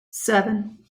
seven